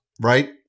right